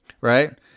Right